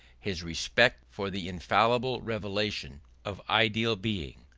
his respect for the infallible revelation of ideal being,